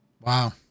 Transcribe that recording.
Wow